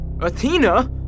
Athena